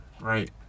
Right